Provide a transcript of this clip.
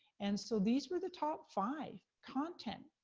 and so these were the top five. content,